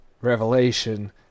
Revelation